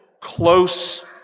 close